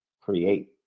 create